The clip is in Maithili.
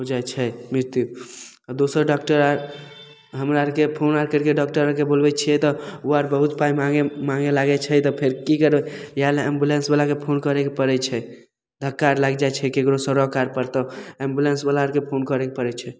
हो जाइ छै मृत्यु आओर दोसर डॉक्टर आर हमरा आरके फोन आर करिके डॉक्टरके बोलबै छिए तऽ ओ आर बहुत पाइ माँगे लागै छै तऽ फेर कि करबै इएहले एम्बुलेन्सवलाके फोन करैके पड़ै छै धक्का आर लागि जाइ छै ककरो सड़क आरपर तऽ एम्बुलेन्सवला आरके फोन करैके पड़ै छै